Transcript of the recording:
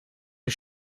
een